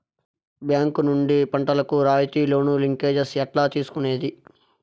Bank నుండి పంటలు కు రాయితీ లోను, లింకేజస్ ఎట్లా తీసుకొనేది?